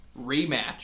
Rematch